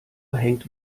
hängt